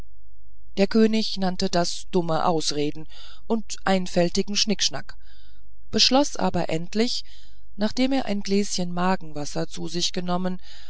der könig nannte das dumme ausreden und einfältigen schnickschnack beschloß aber endlich nachdem er ein gläschen magenwasser zu sich genommen